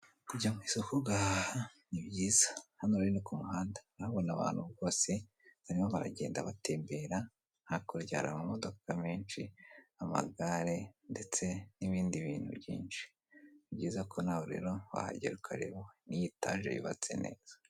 Kujya mu isoko ugahaha ni byiza, hano rero ni ku muhanda urahabona abantu bose barimo baragenda batembera, hakurya hari amamodoka menshi, amagare ndetse n'ibindi bintu byinshi, ni byiza ko nawe rero wahagera ukareba n'iyi taje yubatse neza.